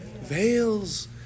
Veils